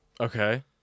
Okay